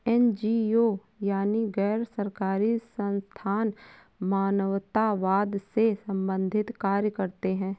NGO यानी गैर सरकारी संस्थान मानवतावाद से संबंधित कार्य करते हैं